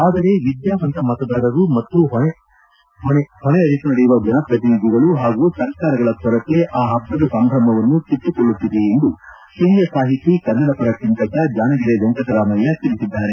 ಆದರೆ ವಿದ್ಯಾವಂತ ಮತದಾರರು ಮತ್ತು ಹೊಣೆ ಅರಿತು ನಡೆಯುವ ಜನಪ್ರತಿನಿಧಿಗಳು ಹಾಗೂ ಸರ್ಕಾರಗಳ ಕೊರತೆ ಆ ಪಬ್ಜದ ಸಂಭ್ರಮವನ್ನು ಕಿತ್ತುಕೊಳ್ಳುತ್ತಿದೆ ಎಂದು ಹಿರಿಯ ಸಾಹಿತಿ ಕನ್ನಡವರ ಚಿಂತಕ ಜಾಣಗೆರೆ ವೆಂಕಟರಾಮಯ್ಯ ತಿಳಿಸಿದ್ದಾರೆ